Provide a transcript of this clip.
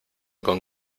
con